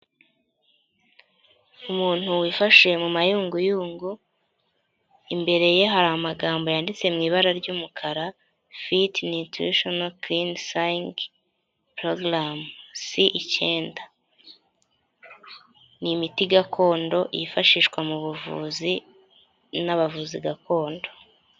Umuntu wifashe mu mayunguyungu, imbere ye hari amagambo yanditse mu ibara ry'umukara fit nutritional cleansing program, ni imiti gakondo yifashishwa mu buvuzi n'abavuzi gakondo.